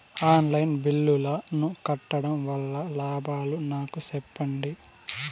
On line బిల్లుల ను కట్టడం వల్ల లాభాలు నాకు సెప్పండి?